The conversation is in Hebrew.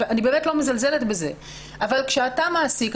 אני באמת לא מזלזלת בזה אבל כשאתה מעסיק,